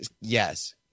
Yes